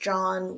John